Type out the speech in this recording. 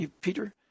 Peter